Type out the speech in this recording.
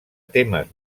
temes